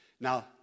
Now